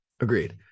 agreed